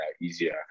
easier